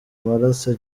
amaraso